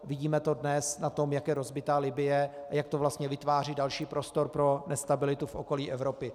Vidíme to dnes na tom, jak je rozbitá Libye a jak to vlastně vytváří další prostor pro nestabilitu v okolí Evropy.